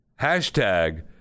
hashtag